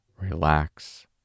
relax